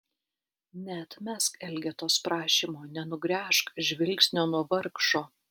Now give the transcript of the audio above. neatmesk elgetos prašymo nenugręžk žvilgsnio nuo vargšo